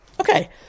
Okay